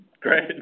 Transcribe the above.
Great